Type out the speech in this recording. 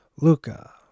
Luca